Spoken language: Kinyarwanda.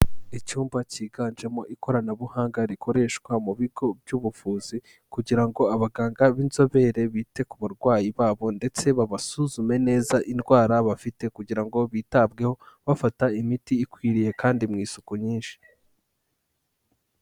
Icyumba cyiganjemo ikoranabuhanga rikoreshwa mu bigo by'ubuvuzi kugira ngo abaganga b'inzobere bite ku barwayi babo ndetse babasuzume neza indwara bafite, kugira ngo bitabweho bafata imiti ikwiriye kandi mu isuku nyinshi.